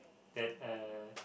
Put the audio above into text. that uh